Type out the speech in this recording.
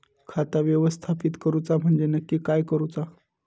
खाता व्यवस्थापित करूचा म्हणजे नक्की काय करूचा?